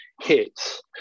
hits